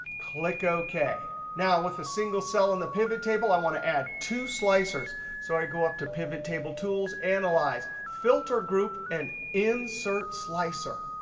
click ok. now with a single cell on the pivot table i want to add two slicers. so i go up to pivot table tools, analyze. filter group and insert slicer.